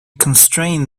constrain